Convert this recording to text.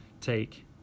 take